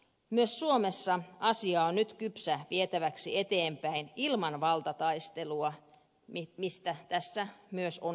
myös suomessa asia on nyt kypsä vietäväksi eteenpäin ilman valtataistelua mistä tässä myös on kysymys